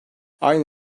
aynı